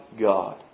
God